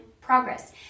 progress